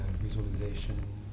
visualization